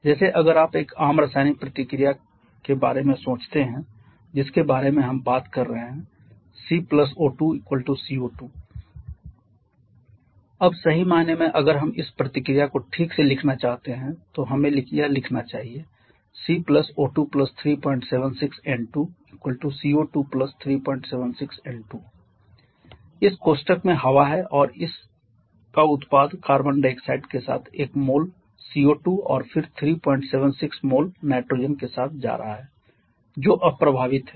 जैसे अगर आप एक आम रासायनिक प्रतिक्रिया के बारे में सोचते हैं जिसके बारे में हम बात कर रहे हैं C O2 🡪 CO2 अब सही मायने में अगर हम इस प्रतिक्रिया को ठीक से लिखना चाहते हैं तो हमें यह लिखना चाहिए C O2 376 N2 🡪 CO2 376 N2 इस कोष्ठक में हवा है और उस का उत्पाद कार्बन डाइऑक्साइड के साथ एक मोल CO2 और फिर 376 मोल नाइट्रोजन के साथ जा रहा है जो अप्रभावित है